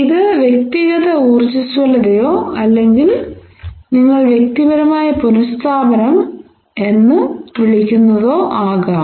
ഇത് വ്യക്തിഗത ഉർജ്ജസ്വലതയോ അല്ലെങ്കിൽ നിങ്ങൾ വ്യക്തിപരമായ പുനസ്ഥാപനം എന്ന് വിളിക്കുന്നതോ ആകാം